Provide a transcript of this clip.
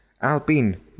Alpine